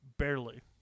Barely